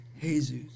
Jesus